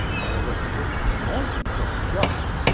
however, they did more than just judge.